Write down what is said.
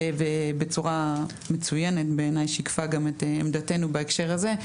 ובצורה מצוינת בעיניי גם שיקפה את עמדתנו בהקשר הזה,